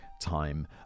time